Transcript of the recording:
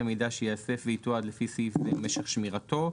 המידע שייאסף ויתועד לפי סעיף זה ומשך שמירתו.